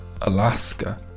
Alaska